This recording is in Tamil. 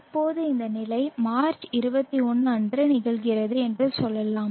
இப்போது இந்த நிலை மார்ச் 21 அன்று நிகழ்கிறது என்று சொல்லலாம்